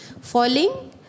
falling